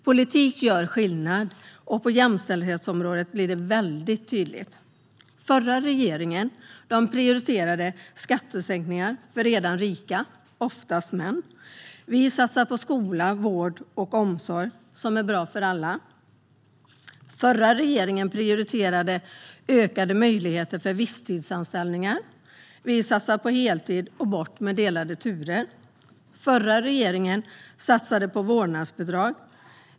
Politik gör skillnad, och på jämställdhetsområdet blir det väldigt tydligt. Den förra regeringen prioriterade skattesänkningar för redan rika, oftast män. Vi satsar på skola, vård och omsorg som är bra för alla. Den förra regeringen prioriterade ökade möjligheter till visstidsanställningar. Vi satsar på heltid och på att ta bort delade turer. Den förra regeringen satsade på vårdnadsbidrag.